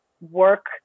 work